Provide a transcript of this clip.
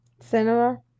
Cinema